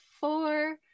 four